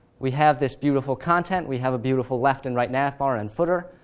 we have this beautiful content, we have a beautiful left and right navbar and footer,